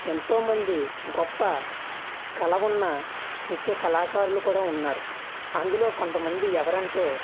ఎంతోమంది గొప్ప కళవున్న నృత్య కళాకారులు కూడా ఉన్నారు అందులో కొంతమంది ఎవరంటే